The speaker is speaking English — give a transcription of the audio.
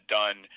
done